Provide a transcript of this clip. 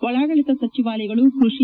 ಒಳಾಡಳಿತ ಸಚಿವಾಲಯಗಳು ಕೃಷಿ